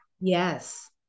yes